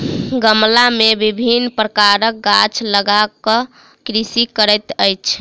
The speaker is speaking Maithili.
गमला मे विभिन्न प्रकारक गाछ लगा क कृषि करैत अछि